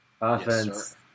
Offense